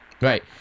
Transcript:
Right